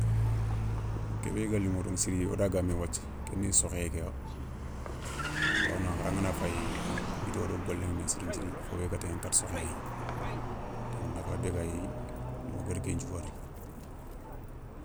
Wo kou kébé ga liηo daηa siri wo da gamé wathia ké ni sokhoyé ké ya, bawona hara ngana fayi kou bito wo do goléηa mé siri nthiri fo bé ga taηana katta sokhoyé, keηa nafa bégayi mogari kenthiou wori